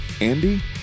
Andy